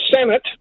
Senate